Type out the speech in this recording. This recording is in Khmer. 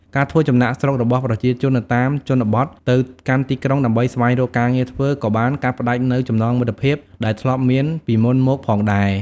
ការធ្វើចំណាកស្រុករបស់ប្រជាជននៅតាមជនបទទៅកាន់ទីក្រុងដើម្បីស្វែងរកការងារធ្វើក៏បានកាត់ផ្តាច់នូវចំណងមិត្តភាពដែលធ្លាប់មានពីមុនមកផងដែរ។